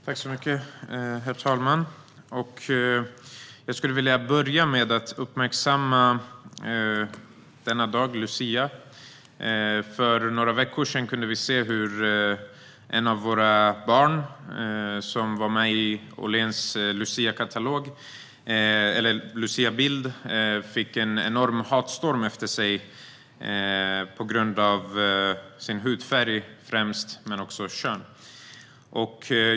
Herr talman! Jag skulle vilja börja med att uppmärksamma denna dag, luciadagen. För några veckor sedan kunde vi se hur ett av våra barn, som var med på Åhléns luciabild, fick en enorm hatstorm mot sig på grund av främst sin hudfärg men också sitt kön.